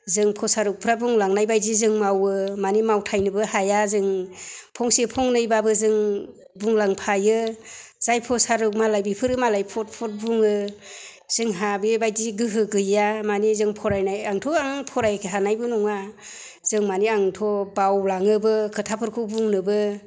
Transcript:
जों प्रसार'कफोरा बुंलांनाय बायदि जों मावो माने मावथायनोबो हाया जों फंसे फंनैबाबो जों बुंलांफायो जाय प्रसार'क मालाय बिसोरो मालाय फद फद बुङो जोंहा बेबायदि गोहो गैया माने जों फरायनाय आंथ' आं फरायखानायबो नङा जों माने आंथ' बावलाङोबो खोथाफोरखौ बुंनोबो